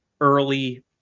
early